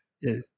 yes